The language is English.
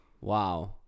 Wow